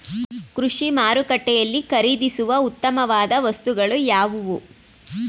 ಕೃಷಿ ಮಾರುಕಟ್ಟೆಯಲ್ಲಿ ಖರೀದಿಸುವ ಉತ್ತಮವಾದ ವಸ್ತುಗಳು ಯಾವುವು?